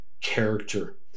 character